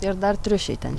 ir dar triušiai ten